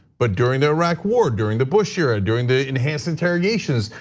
but during the iraq war, during the bush era, during the enhanced interrogations,